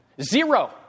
Zero